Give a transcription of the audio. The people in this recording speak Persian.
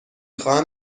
خواهم